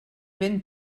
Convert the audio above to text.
ben